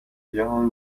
جهان